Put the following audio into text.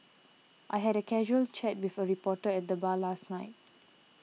I had a casual chat with a reporter at the bar last night